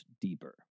deeper